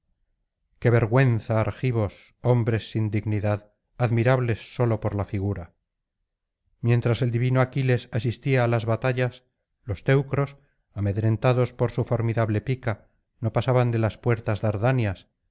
qué vergüenza argivos hombres sin dignidad admirables sólo por la figura mientras el divino aquiles asistía á las batallas los teucros amedrentados por su formidable pica no pasaban de las puertas dardanias